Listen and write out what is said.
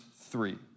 three